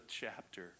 chapter